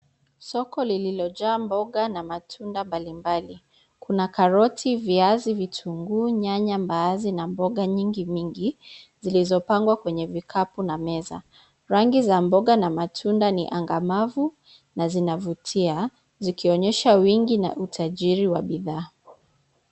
Soko lililojaa mboga na matunda mbalimbali. Kuna karoti, viazi, vitunguu, nyanya mbaazi na mboga nyingi mingi zilizopangwa kwenye vikapu na meza. Rangi ya mboga na matunda ni angamavu na zinavutia zikionyesha wingi na utajiri wa bidhaa.